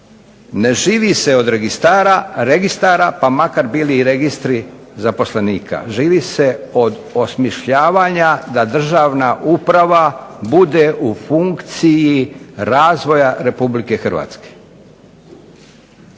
ne živi se od registara pa makar bili i registri zaposlenika. Živi se od osmišljavanja da državna uprava bude u funkciji razvoja RH. Smisao državne